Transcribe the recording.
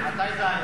מתי זה היה?